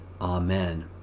Amen